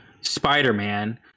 spider-man